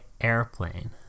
airplane